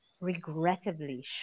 regrettably